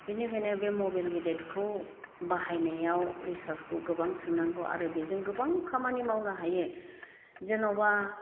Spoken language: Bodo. बिनिखायनो बे मबेल गेदेदखौ बाहायनायाव रिसार्चखौ गोबां सोनांगौ आरो बेजों गोबां खामानि मावनो हायो जेन'बा